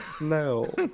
No